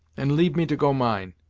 and leave me to go mine.